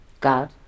God